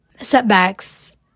setbacks